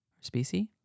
species